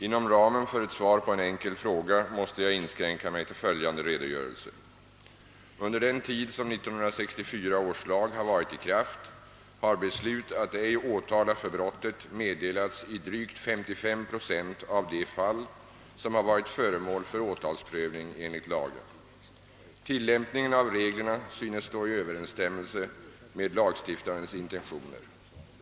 Inom ramen för ett svar på en enkel fråga måste jag inskränka mig till följande redogörelse. Under den tid, som 1964 års lag har varit i kraft, har beslut att ej åtala för brottet meddelats i drygt 55 procent av de fall som har varit föremål för åtalsprövning enligt lagen. Tillämpningen av reglerna synes stå i överensstämmelse med lagstiftarens intentioner.